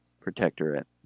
protectorate